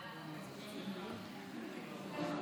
ערב